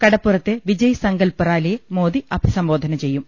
കടപ്പുറത്തെ വിജയ് സങ്കൽപ്പ് റാലിയെ മോദി അഭിസംബോധന ചെയ്യും